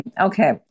Okay